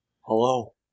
hello